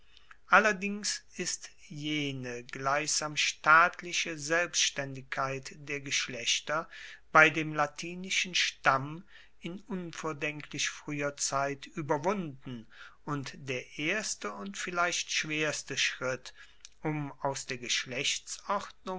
allerdings ist jene gleichsam staatliche selbstaendigkeit der geschlechter bei dem latinischen stamm in unvordenklich frueher zeit ueberwunden und der erste und vielleicht schwerste schritt um aus der